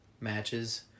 matches